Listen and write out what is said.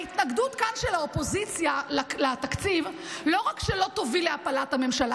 ההתנגדות כאן של האופוזיציה לתקציב לא רק שלא תוביל להפלת הממשלה,